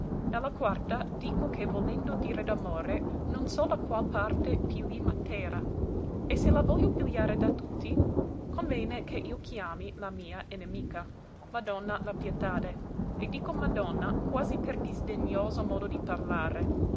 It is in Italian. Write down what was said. la quarta dico che volendo dire d'amore non so da qual parte pigli matera e se la voglio pigliare da tutti convene che io chiami la mia inimica madonna la pietade e dico madonna quasi per disdegnoso modo di parlare